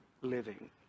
living